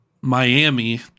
Miami